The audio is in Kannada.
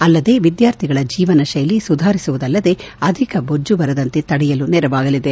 ಅಲ್ಲದೆ ವಿದ್ಗಾರ್ಥಿಗಳ ಜೀವನ ಶೈಲಿ ಸುಧಾರಿಸುವುದಲ್ಲದೆ ಆಧಿಕ ಬೊಜ್ಜು ಬರದಂತೆ ತಡೆಯಲು ನೆರವಾಗಲಿದೆ